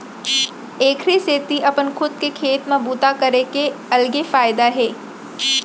एखरे सेती अपन खुद के खेत म बूता करे के अलगे फायदा हे